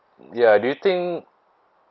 ya do you think